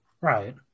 Right